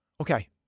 Okay